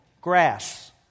grass